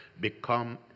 become